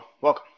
Welcome